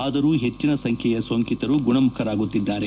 ಆದರೂ ಹೆಚ್ಚಿನ ಸಂಖ್ಯೆಯ ಸೋಂಕಿತರು ಗುಣಮುಖರಾಗುತ್ತಿದ್ದಾರೆ